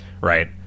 Right